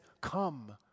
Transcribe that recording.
come